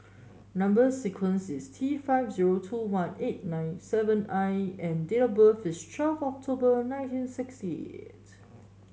number sequence is T five zero two one eight nine seven I and date of birth is twelve October nineteen sixty eight